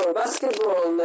basketball